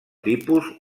tipus